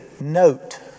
Note